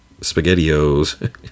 SpaghettiOs